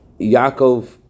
Yaakov